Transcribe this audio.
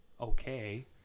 okay